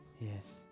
Yes